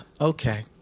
okay